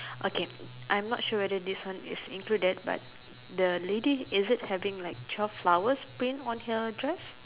okay I'm not sure whether this one is included but the lady is it having like twelve flowers prints on her dress